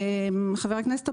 חבר הכנסת טופורובסקי,